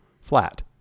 flat